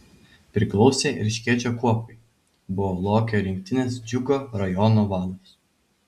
priklausė erškėčio kuopai buvo lokio rinktinės džiugo rajono vadas